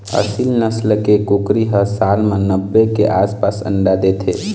एसील नसल के कुकरी ह साल म नब्बे के आसपास अंडा देथे